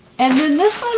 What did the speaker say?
and then this one.